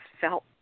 felt